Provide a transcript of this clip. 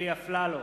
44,